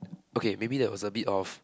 okay maybe that was a bit of